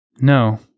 No